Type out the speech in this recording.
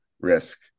risk